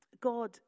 God